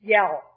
Yell